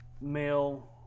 male